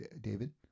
David